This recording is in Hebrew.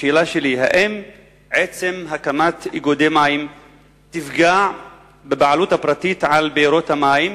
השאלה שלי: האם עצם הקמת איגודי מים תפגע בבעלות הפרטית על בארות המים